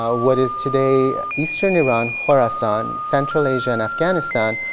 ah what is today eastern iran, khurasan, central asia, and afghanistan,